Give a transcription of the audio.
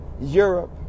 Europe